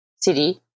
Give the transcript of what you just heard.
city